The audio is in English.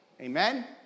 Amen